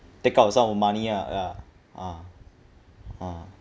take up some of money ah ya ah ah